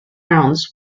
rounds